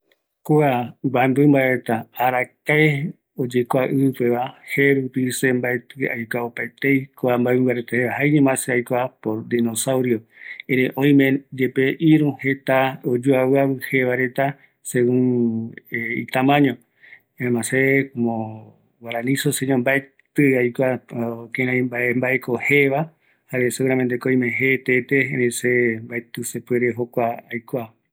Kua mïmbareta arakae guive oikoreta kua ɨvɨ peva, se mbaetɨ aikua, jaeñama se aikua dinosaurio rupi, ëreï oïme yepe jeta jetete, baetï aikuata jae jeretarupi